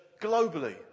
globally